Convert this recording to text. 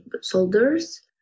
soldiers